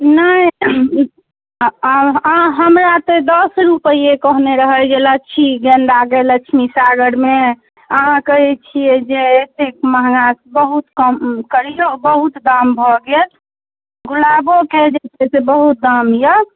नहि अहाँ हमरा से दस रुपैए कहने रहै जे लच्छी गेन्दाके लछमीसागरमे अहाँ कहै छिए जे एतेक महगा बहुत कम करिऔ बहुत दाम भऽ गेल गुलाबोके जे छै से बहुत दाम अइ